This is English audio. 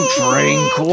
drink